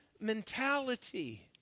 mentality